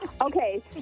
Okay